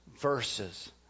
verses